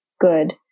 good